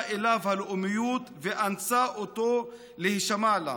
אליו הלאומיות ואנסה אותו להישמע לה.